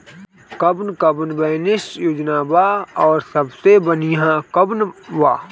कवन कवन निवेस योजना बा और सबसे बनिहा कवन बा?